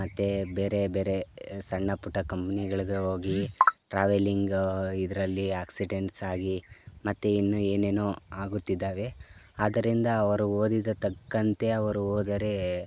ಮತ್ತು ಬೇರೆ ಬೇರೆ ಸಣ್ಣಪುಟ್ಟ ಕಂಪ್ನಿಗಳಿಗೆ ಹೋಗಿ ಟ್ರಾವೆಲ್ಲಿಂಗ್ ಇದರಲ್ಲಿ ಆಕ್ಸಿಡೆಂಟ್ಸ್ ಆಗಿ ಮತ್ತು ಇನ್ನು ಏನೇನೋ ಆಗುತ್ತಿದ್ದಾವೆ ಆದ್ದರಿಂದ ಅವರು ಓದಿದ ತಕ್ಕಂತೆ ಅವರು ಹೋದರೆ